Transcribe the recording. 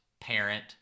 parent